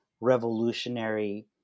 revolutionary